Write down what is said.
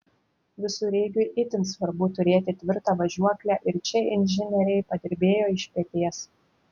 visureigiui itin svarbu turėti tvirtą važiuoklę ir čia inžinieriai padirbėjo iš peties